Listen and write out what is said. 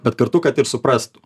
bet kartu kad ir suprastų